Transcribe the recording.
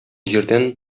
җирдән